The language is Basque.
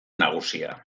nagusia